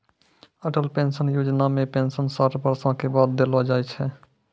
Atal pension योजना मे pension साठ बरसो के बाद देलो जाय छै